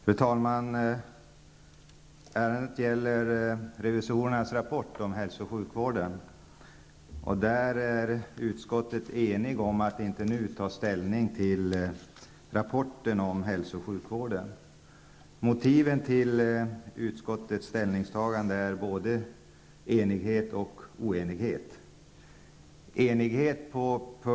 Fru talman! Ärendet gäller revisorernas rapport om hälso och sjukvården, och utskottet är enigt om att inte nu ta ställning till rapporten. Motiven till utskottets ställningstagande är både enighet och oenighet.